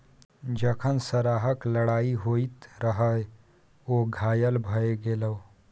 जखन सरहाक लड़ाइ होइत रहय ओ घायल भए गेलै